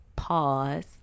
pause